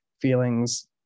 feelings